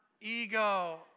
ego